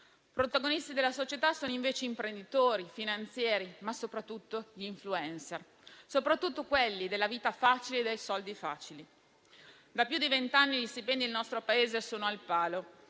Protagonisti della società sono invece imprenditori, finanzieri, ma soprattutto gli *influencer*, soprattutto quelli dalla vita e dai soldi facili. Da più di venti anni gli stipendi nel nostro Paese sono al palo.